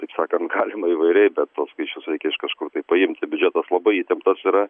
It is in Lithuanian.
taip sakant galima įvairiai be tuos skaičius reikia iš kažkur tai paimti biudžetas labai įtemptas yra